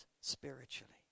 spiritually